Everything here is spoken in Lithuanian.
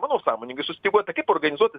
manau sąmoningai sustyguota kaip organizuoti